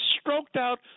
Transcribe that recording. stroked-out